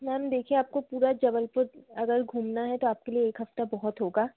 ma'am देखिए आपको पूरा जबलपुर अगर घूमना है तो आपके लिए एक हफ़्ता बहुत होगा